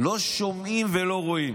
לא שומעים ולא רואים.